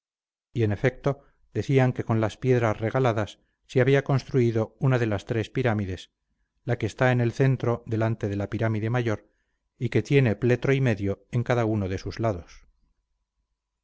y en efecto decían que con las piedras regaladas se había construido una de las tres pirámides la que está en el centro delante de la pirámide mayor y que tiene pletro y medio en cada uno de sus lados